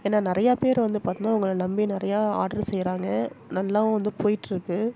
ஏன்னா நிறையா பேர் வந்து பார்த்திங்கனா உங்களை நம்பி நிறையா ஆட்ரு செய்கிறாங்க நல்லாவும் வந்து போய்ட்ருக்கு